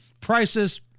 Prices